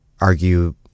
argue